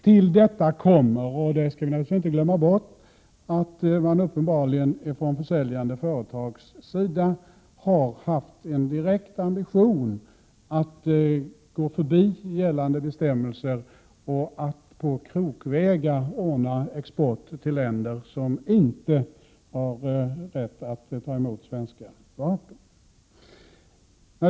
Till detta kommer — det skall vi naturligtvis inte glömma bort — att man uppenbarligen från säljande företags sida har haft en direkt ambition att gå förbi gällande bestämmelser och att på krokvägar ordna export till länder som inte har rätt att ta emot svenska vapen.